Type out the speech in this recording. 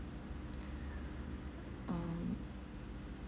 um